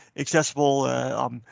Accessible